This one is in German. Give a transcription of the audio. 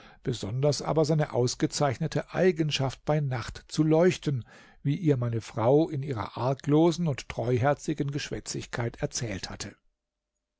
besonders aber seine ausgezeichnete eigenschaft bei nacht zu leuchten wie ihr meine frau in ihrer arglosen und treuherzigen geschwätzigkeit erzählt hatte